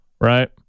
right